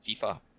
FIFA